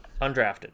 undrafted